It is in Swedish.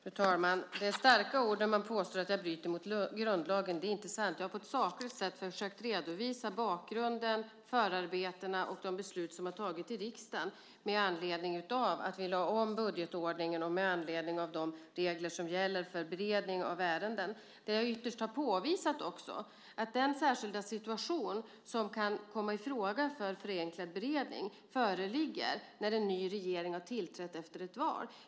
Fru talman! Det är starka ord att påstå att jag bryter mot grundlagen. Det är inte sant. Jag har på ett sakligt sätt försökt redovisa bakgrunden, förarbetena och de beslut som har tagits i riksdagen med anledning av att vi lade om budgetordningen och med anledning av de regler som gäller för beredning av ärenden. Det som jag ytterst också har påvisat är att den särskilda situation som kan komma i fråga för förenklad beredning föreligger när en ny regering har tillträtt efter ett val.